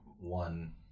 one